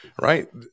right